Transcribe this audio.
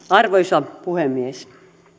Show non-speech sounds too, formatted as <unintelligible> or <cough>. <unintelligible> arvoisa puhemies